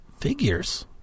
figures